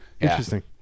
Interesting